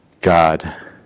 God